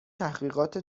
تحقیقات